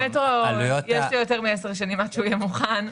המטרו ייקח יותר מעשר שנים עד שהוא יהיה מוכן.